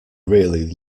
really